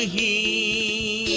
ah e